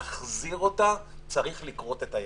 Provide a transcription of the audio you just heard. להחזיר אותה צריך לכרות את היד.